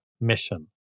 mission